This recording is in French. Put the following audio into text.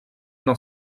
dans